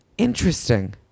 interesting